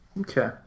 Okay